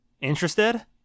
Interested